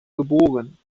geboren